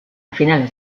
finales